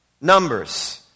Numbers